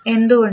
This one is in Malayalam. എന്തുകൊണ്ട്